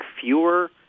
fewer